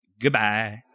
Goodbye